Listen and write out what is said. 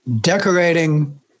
decorating